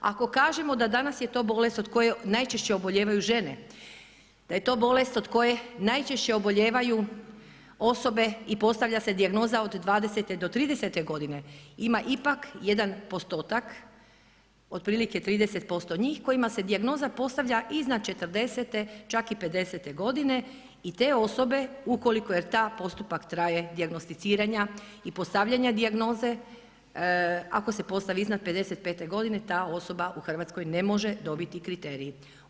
Ako kažemo da danas je to bolest od koje najčešće obolijevaju žene, da je to bolest od koje najčešće obolijevaju osobe i postavlja se dijagnoza od 20. do 30. godina, ima ipak jedan postotak, otprilike 30% njih kojima se dijagnoza postavlja iznad 40e, čak i 50e godine i te osobe, ukoliko taj postupak traje dijagnosticiranja i postavljanja dijagnoze, ako se postavi iznad 55. godine ta osoba u Hrvatskoj ne može dobiti kriterij.